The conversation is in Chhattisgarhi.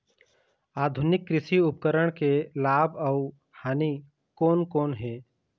आधुनिक कृषि उपकरण के लाभ अऊ हानि कोन कोन हे?